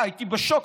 הייתי בשוק.